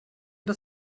das